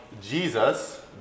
Jesus